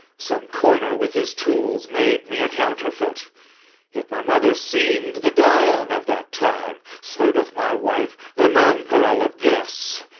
some coiner with his tools made me a counterfeit yet my mother seem'd the dian of that time. so doth my wife the nonpareil of this.